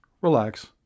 relax